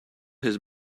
his